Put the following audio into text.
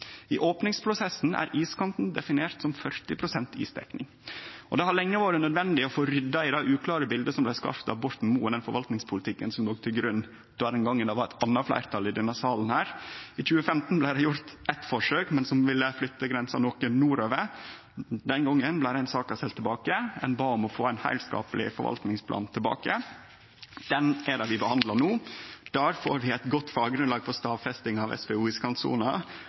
I åpningsprosessen er iskanten definert som 40 pst. isdekning.» Det har lenge vore nødvendig å rydde i det uklare biletet som blei skapt av Borten Moe, og den forvaltingspolitikken som låg til grunn den gongen det var eit anna fleirtal i denne salen. I 2015 blei det gjort eit forsøk som ville ha flytta grensa noko nordover. Den gongen blei saka send tilbake. Ein bad om å få ein heilskapleg forvaltingsplan. Det er han vi behandlar no. Der får vi eit godt faggrunnlag for stadfesting av